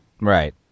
right